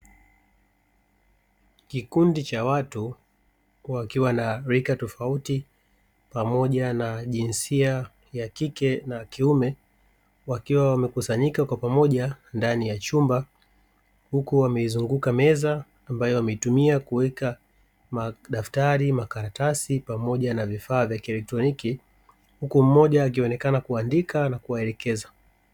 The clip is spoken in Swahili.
Kikundi cha watu wakiwa na rika tofauti pamoja na jinsia ya kike na kiume, wakiwa wamekusanyika kwa pamoja ndani ya chumba huku wameizunguka meza ambayo wameitumia kuweka: madaftari, makaratasi pamoja na vifaa vya kielektroniki; huku mmoja akionekana kuandika na kuwaelekeza.